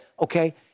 Okay